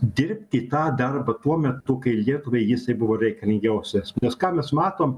dirbti tą darbą tuo metu kai lietuvai jisai buvo reikalingiausias nes ką mes matom